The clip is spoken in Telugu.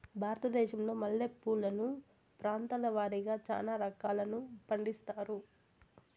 భారతదేశంలో మల్లె పూలను ప్రాంతాల వారిగా చానా రకాలను పండిస్తారు